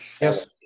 Yes